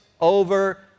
over